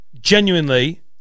genuinely